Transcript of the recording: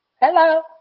Hello